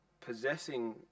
possessing